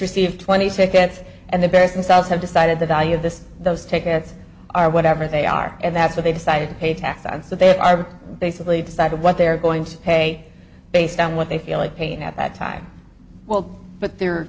received twenty seconds and the best themselves have decided the value of this those tickets are whatever they are and that's what they decided to pay tax on so they are basically decided what they are going to pay based on what they feel like paying at that time well but the